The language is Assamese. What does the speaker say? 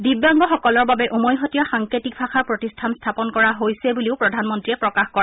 দিব্যাংগসকলৰ বাবে উমৈহতীয়া সাংকেতিক ভাষা প্ৰতিষ্ঠান স্থাপন কৰা হৈছে বুলিও প্ৰধানমন্ত্ৰীয়ে প্ৰকাশ কৰে